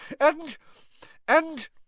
and—and—